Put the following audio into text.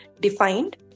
defined